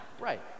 right